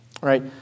right